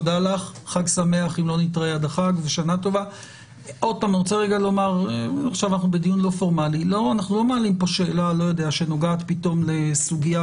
עוד פעם אני אומר: לא אמורה להיות מופחתת.